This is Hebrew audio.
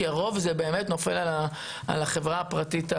כי הרוב נופל על החברה הפרטית החיצונית.